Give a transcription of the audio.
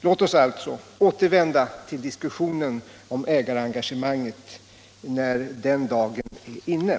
Låt oss alltså återvända till diskussionen om ägarengagemanget när den dagen är inne.